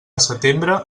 setembre